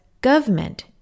government